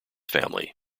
family